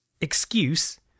Excuse